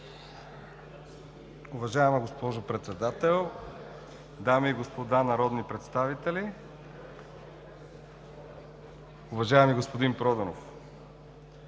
Уважаема госпожо Председател, дами и господа народни представители! Уважаеми господин Проданов,